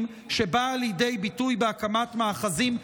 שבאה לידי ביטוי בהקמת מאחזים בלתי-חוקיים,